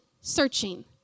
searching